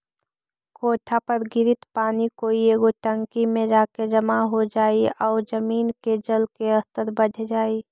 कोठा पर गिरित पानी कोई एगो टंकी में जाके जमा हो जाई आउ जमीन के जल के स्तर बढ़ जाई